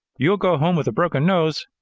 you'll go home with a broken nose!